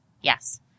yes